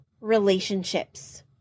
relationships